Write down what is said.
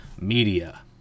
media